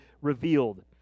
revealed